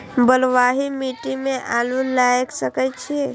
बलवाही मिट्टी में आलू लागय सके छीये?